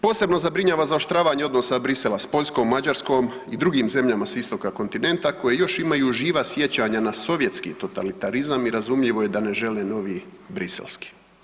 Posebno zabrinjava zaoštravanje odnosa Brisela s Poljskom, Mađarskom i drugim zemljama s istoka kontinenta koja još imaju živa sjećanja na sovjetski totalitarizam i razumljivo je da ne žele novi briselski.